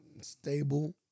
stable